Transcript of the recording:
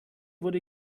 wurde